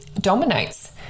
dominates